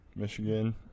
Michigan